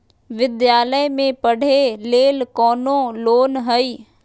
विद्यालय में पढ़े लेल कौनो लोन हई?